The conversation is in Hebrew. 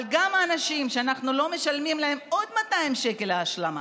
אבל גם האנשים שאנחנו לא משלמים להם עוד 200 שקל השלמה,